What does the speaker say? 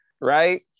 right